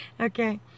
Okay